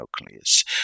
nucleus